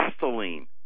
gasoline